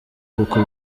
kuko